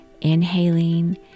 inhaling